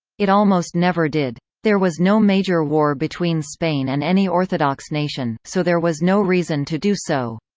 it almost never did. there was no major war between spain and any orthodox nation, so there was no reason to do so.